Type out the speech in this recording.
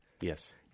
Yes